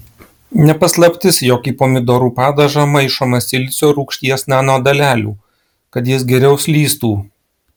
ne paslaptis jog į pomidorų padažą maišoma silicio rūgšties nanodalelių kad jis geriau slystų